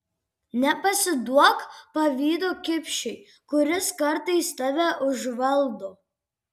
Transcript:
nepasiduok pavydo kipšui kuris kartais tave užvaldo